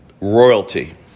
royalty